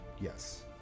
yes